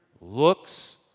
looks